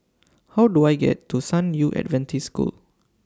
How Do I get to San Yu Adventist School